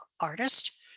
artist